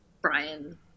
Brian